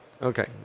Okay